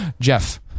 jeff